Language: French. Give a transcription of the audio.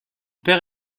père